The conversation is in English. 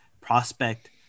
prospect